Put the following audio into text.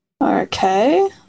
Okay